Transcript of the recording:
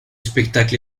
spectacle